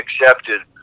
accepted